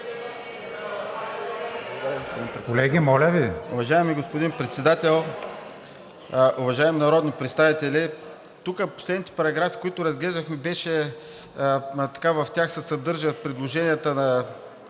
Колеги, моля Ви!